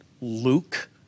Luke